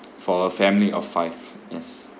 for a family of five yes